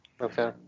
Okay